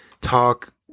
talk